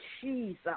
Jesus